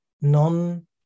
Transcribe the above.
non